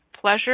pleasure